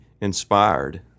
inspired